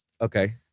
Okay